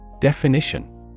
Definition